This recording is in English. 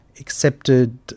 accepted